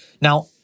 Now